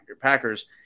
Packers